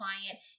client